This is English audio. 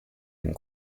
and